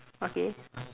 okay